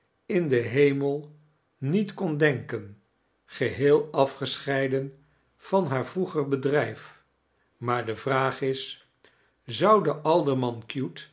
in den hemel niet kon denken geheel afgescheiden van haar vroeger bedrijf maar de vraag is zou die